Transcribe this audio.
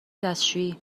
دستشویی